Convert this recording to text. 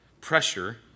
pressure